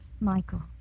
Michael